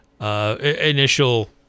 initial